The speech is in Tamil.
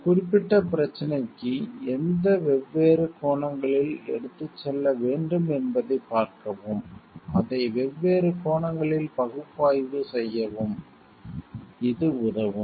ஒரு குறிப்பிட்ட பிரச்சனைக்கு எந்த வெவ்வேறு கோணங்களில் எடுத்துச் செல்ல வேண்டும் என்பதைப் பார்க்கவும் அதை வெவ்வேறு கோணங்களில் பகுப்பாய்வு செய்யவும் இது உதவும்